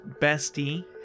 bestie